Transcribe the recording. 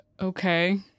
Okay